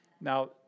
Now